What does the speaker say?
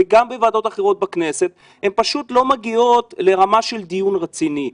וגם בוועדות אחרות בכנסת פשוט לא מגיעים לרמה של דיון רציני.